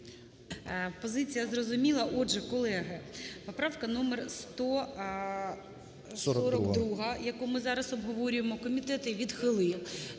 Позиція зрозуміла. Отже, колеги, поправка номер 142, яку ми зараз обговорюємо, комітет її відхилив.